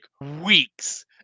weeks